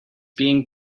being